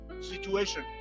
situation